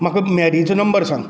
म्हाका मॅरीचो नंबर सांग